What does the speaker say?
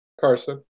Carson